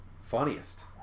Funniest